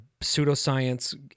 pseudoscience